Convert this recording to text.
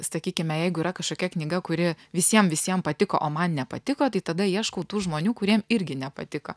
sakykime jeigu yra kažkokia knyga kuri visiem visiem patiko o man nepatiko tai tada ieškau tų žmonių kuriem irgi nepatiko